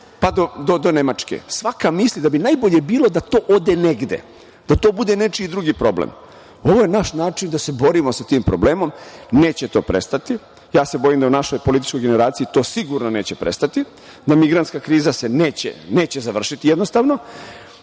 pa do Nemačke, svaka misli da bi najbolje bilo da to ode negde, da to bude nečiji drugi problem. Ovo je naš način da se borimo sa tim problemom. Neće to prestati. Ja se bojim da u našoj političkoj generaciji to sigurno neće prestati, da se migrantska kriza neće završiti. Apsolutno